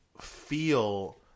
feel